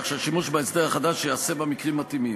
כך שהשימוש בהסדר החדש ייעשה במקרים המתאימים.